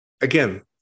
again